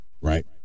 right